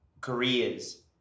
careers